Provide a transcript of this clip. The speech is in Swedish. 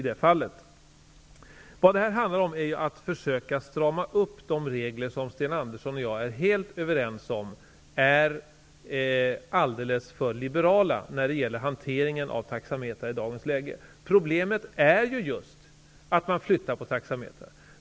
Detta handlar ju om ett försök till åtstramning av de regler som Sten Andersson och jag är helt överens om är alldeles för liberala, när det gäller hanteringen av taxametrar i dagens läge. Problemet är ju just att man flyttar taxametrar.